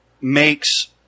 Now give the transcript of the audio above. makes